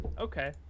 Okay